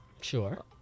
Sure